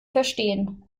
verstehen